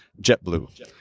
JetBlue